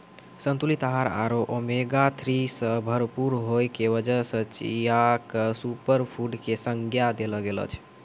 संतुलित आहार आरो ओमेगा थ्री सॅ भरपूर होय के वजह सॅ चिया क सूपरफुड के संज्ञा देलो गेलो छै